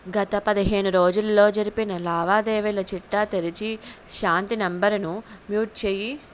గత పదిహేను రోజులలో జరిపిన లావాదేవీల చిట్టా తెరచి శాంతి నంబరుని మ్యూట్ చెయ్యి